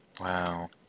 Wow